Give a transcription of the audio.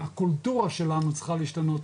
הקונטורה שלנו צריכה להשתנות,